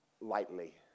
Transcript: lightly